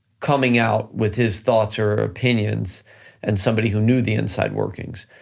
coming out with his thoughts or opinions and somebody who knew the inside workings.